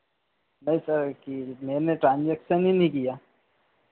नहीं सर की मैंने ट्रांजेक्शन ही नहीं किया